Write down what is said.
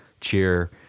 cheer